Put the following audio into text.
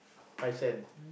five cent